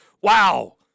Wow